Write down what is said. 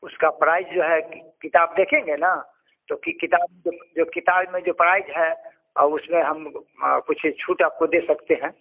उसका प्राइज जो है किताब देखेंगे ना तो किताब में जो जो किताब में जो प्राइज है और उसमें हम कुछ छुट आपको दे सकते हैं